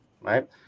right